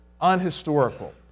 unhistorical